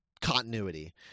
continuity